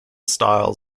style